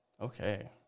Okay